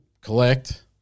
Collect